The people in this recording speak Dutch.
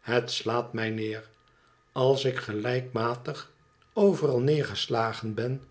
het slaat mij neer aljs ik gelijkmatig overal neergeslagen ben